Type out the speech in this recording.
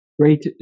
Great